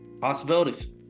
Possibilities